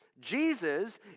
Jesus